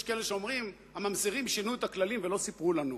יש כאלה שאומרים: הממזרים שינו את הכללים ולא סיפרו לנו.